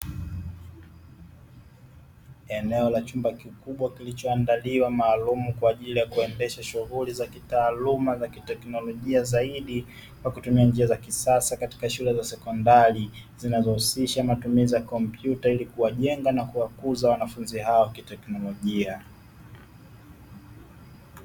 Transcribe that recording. Eneo la chumba kikubwa kilichoandaliwa maalumu kwa ajili ya kuendesha shughuli za kitaaluma za kiteknlojia zaidi, kwa kutumia njia za kisasa katika shule za sekondari zinazo husisha matumizi ya kompyuta, ili kuwa jenga na kuwakuza wanafunzi hawa kiteknolojia.